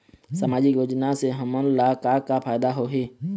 सामाजिक योजना से हमन ला का का फायदा होही?